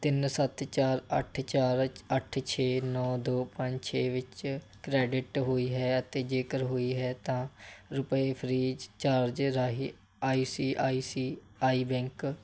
ਤਿੰਨ ਸੱਤ ਚਾਰ ਅੱਠ ਚਾਰ ਅੱਠ ਛੇ ਨੌਂ ਦੋ ਪੰਜ ਛੇ ਵਿੱਚ ਕ੍ਰੈਡਿਟ ਹੋਈ ਹੈ ਅਤੇ ਜੇਕਰ ਹੋਈ ਹੈ ਤਾਂ ਰੁਪਏ ਫ੍ਰੀ ਚਾਰਜ ਰਾਹੀਂ I C I C I bank